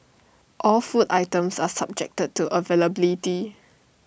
all food items are subjected to availability